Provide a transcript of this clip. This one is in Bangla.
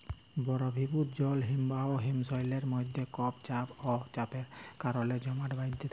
বরফিভুত জল হিমবাহ হিমশৈলের মইধ্যে কম চাপ অ তাপের কারলে জমাট বাঁইধ্যে থ্যাকে